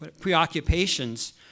preoccupations